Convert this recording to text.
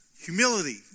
Humility